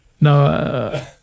No